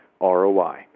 ROI